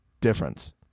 difference